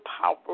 power